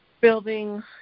building